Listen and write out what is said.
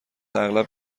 اغلب